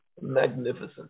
magnificent